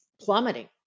plummeting